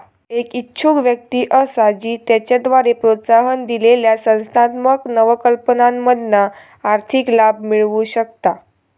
एक इच्छुक व्यक्ती असा जी त्याच्याद्वारे प्रोत्साहन दिलेल्या संस्थात्मक नवकल्पनांमधना आर्थिक लाभ मिळवु शकता